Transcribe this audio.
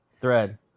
thread